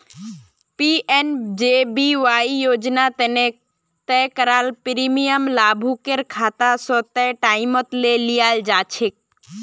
PMJBY योजना तने तय कराल प्रीमियम लाभुकेर खाता स तय टाइमत ले लियाल जाछेक